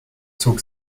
zog